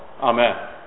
Amen